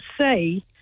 say